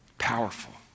powerful